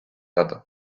other